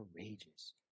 courageous